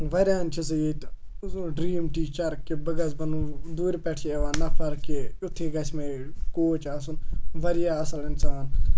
واریاہَن چھُ سُہ ییٚتہِ ڈرٛیٖم ٹیٖچَر کہِ بہٕ گژھٕ بَنُن دوٗرِ پٮ۪ٹھ چھِ یِوان نَفَر کہِ یُتھُے گَژھِ مےٚ کوچ آسُن واریاہ اَصٕل اِنسان